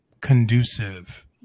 conducive